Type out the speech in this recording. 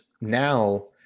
now